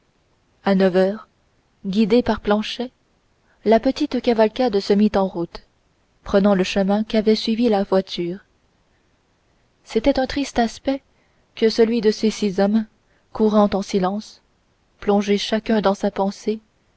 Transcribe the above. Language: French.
à neuf heures guidée par planchet la petite cavalcade se mit en route prenant le chemin qu'avait suivi la voiture c'était un triste aspect que celui de ces six hommes courant en silence plongés chacun dans sa pensée